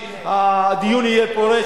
שהדיון יהיה פורה,